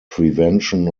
prevention